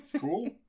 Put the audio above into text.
Cool